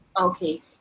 Okay